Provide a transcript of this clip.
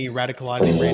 radicalizing